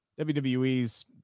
WWE's